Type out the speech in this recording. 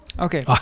Okay